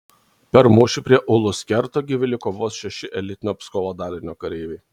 per mūšį prie ulus kerto gyvi liko vos šeši elitinio pskovo dalinio kareiviai